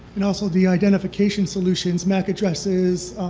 and also, the identification solutions, mac addresses,